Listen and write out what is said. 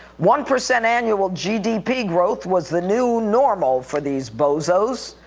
one percent annual gdp growth was the new normal for these bozos,